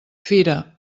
fira